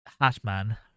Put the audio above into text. Hatman